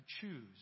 choose